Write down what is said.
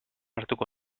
hartuko